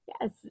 Yes